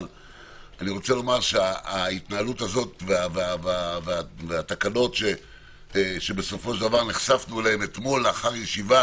אבל ההתנהלות הזאת והתקנות שבסופו של דבר נחשפנו אליהן אתמול לאחר ישיבה